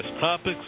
topics